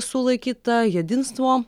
sulaikytą jedinstvo